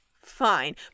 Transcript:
Fine